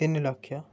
ତିନି ଲକ୍ଷ